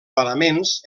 paraments